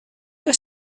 que